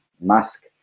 Musk